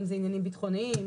אם זה עניינים ביטחוניים,